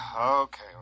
Okay